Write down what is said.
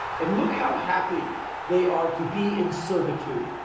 and look how happy they are to be in servitude.